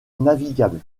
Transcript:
navigable